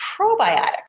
probiotics